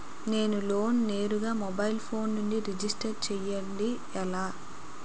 నేను లోన్ నేరుగా mobile phone నుంచి రిజిస్టర్ చేయండి ఎలా?